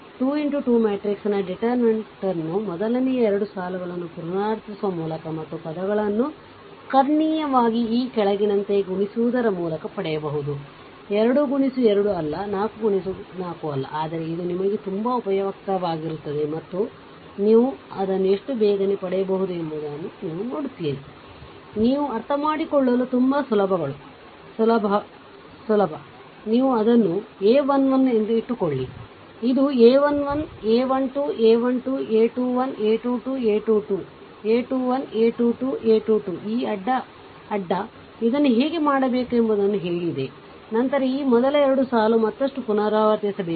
a2x2 matrix ನ ಡಿಟರ್ಮಿನೆಂಟ್ನ್ನು ಮೊದಲನೆಯ 2 ಸಾಲುಗಳನ್ನು ಪುನರಾವರ್ತಿಸುವ ಮೂಲಕ ಮತ್ತು ಪದಗಳನ್ನು ಕರ್ಣೀಯವಾಗಿ ಈ ಕೆಳಗಿನಂತೆ ಗುಣಿಸುವುದರ ಮೂಲಕ ಪಡೆಯಬಹುದು 2X 2 ಅಲ್ಲ 4 X 4 ಅಲ್ಲ ಆದರೆ ಇದು ನಿಮಗೆ ತುಂಬಾ ಉಪಯುಕ್ತವಾಗಿರುತ್ತದೆ ಮತ್ತು ನೀವು ಅದನ್ನು ಎಷ್ಟು ಬೇಗನೆ ಪಡೆಯಬಹುದು ಎಂಬುದನ್ನು ನೀವು ನೋಡುತ್ತೀರಿ ನೀವು ಅರ್ಥಮಾಡಿಕೊಳ್ಳಲು ತುಂಬಾ ಸುಲಭವಾಗಳು ನೀವು ಅದನ್ನು ಇದು a 1 1 ಎಂದಿಟ್ಟುಕೊಳ್ಳಿ ಇದು a 1 1 a 1 2 a 1 2 a 21 a 2 2 a 2 2 a 2 1 a 2 2 a 2 2 ಈ ಅಡ್ಡ ಇದನ್ನು ಹೇಗೆ ಮಾಡಬೇಕೆಂಬುದನ್ನು ಹೇಳಿದೆ ನಂತರ ಈ ಮೊದಲ 2 ಸಾಲು ಮತ್ತಷ್ಟು ಪುನರಾವರ್ತಿಸಬೇಕು